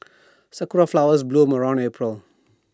Sakura Flowers bloom around April